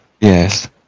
yes